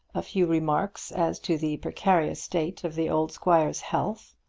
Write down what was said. a few remarks as to the precarious state of the old squire's health,